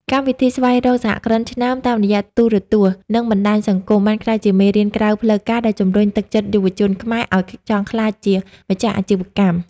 កម្មវិធី "ស្វែងរកសហគ្រិនឆ្នើម" តាមរយៈទូរទស្សន៍ និងបណ្ដាញសង្គម បានក្លាយជាមេរៀនក្រៅផ្លូវការដែលជម្រុញទឹកចិត្តយុវជនខ្មែរឱ្យចង់ក្លាយជាម្ចាស់អាជីវកម្ម។